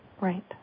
Right